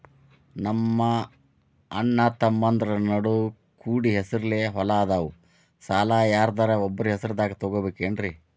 ನಮ್ಮಅಣ್ಣತಮ್ಮಂದ್ರ ನಡು ಕೂಡಿ ಹೆಸರಲೆ ಹೊಲಾ ಅದಾವು, ಸಾಲ ಯಾರ್ದರ ಒಬ್ಬರ ಹೆಸರದಾಗ ತಗೋಬೋದೇನ್ರಿ?